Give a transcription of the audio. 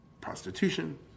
prostitution